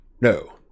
no